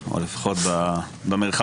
או לפחות במרחב.